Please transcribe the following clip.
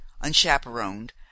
unchaperoned